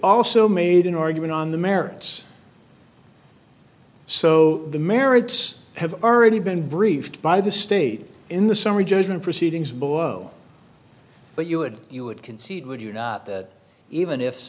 also made an argument on the merits so the merits have already been briefed by the state in the summary judgment proceedings boyo but you would you would concede would you not that even if